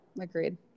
agreed